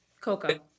Coco